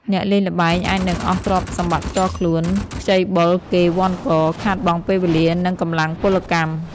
អ្នកលេងល្បែងអាចនឹងអស់ទ្រព្យសម្បត្តិផ្ទាល់ខ្លួន ខ្ចីបុលគេវ័ណ្ឌក ខាតបង់ពេលវេលា និងកម្លាំងពលកម្ម។